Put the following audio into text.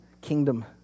kingdom